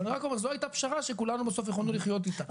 אבל אני רק אומר שזו הייתה פשרה שכולנו בסוף יכולנו לחיות איתה.